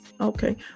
Okay